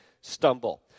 stumble